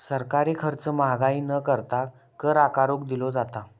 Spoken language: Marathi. सरकारी खर्च महागाई न करता, कर आकारून दिलो जाता